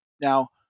Now